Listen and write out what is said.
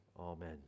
amen